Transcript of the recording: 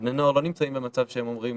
בני הנוער לא נמצאים במצב שהם אומרים